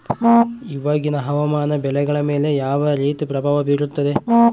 ಇವಾಗಿನ ಹವಾಮಾನ ಬೆಳೆಗಳ ಮೇಲೆ ಯಾವ ರೇತಿ ಪ್ರಭಾವ ಬೇರುತ್ತದೆ?